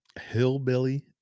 Hillbilly